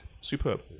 superb